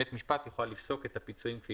בית משפט יוכל לפסוק את הפיצויים כפי